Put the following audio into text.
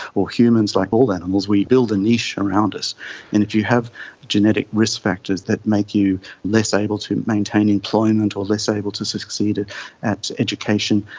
or humans, like all animals, we build a niche around us, and if you have genetic risk factors that make you less able to maintain employment or less able to succeed at at education,